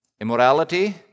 Immorality